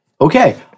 Okay